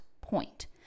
point